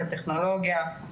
של טכנולוגיה,